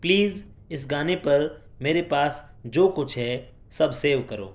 please اس گانے پر میرے پاس جو کچھ ہے سب سیو کرو